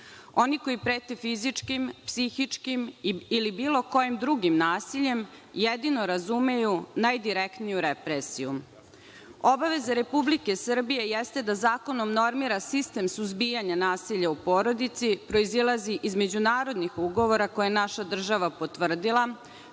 Oni koji prete fizičkim, psihičkim ili bilo kojim drugim nasiljem jedino razumeju najdirektniju represiju. Obaveza Republike Srbije jeste da zakonom normira sistem suzbijanja nasilja u porodici, proizilazi iz međunarodnih ugovora koje je naša država potvrdila